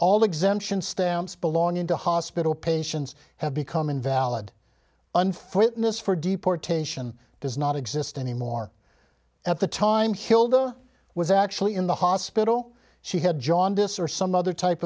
all exemption stamps belonging to hospital patients have become invalid unfitness for deportation does not exist anymore at the time hilda was actually in the hospital she had jaundice or some other type